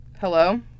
hello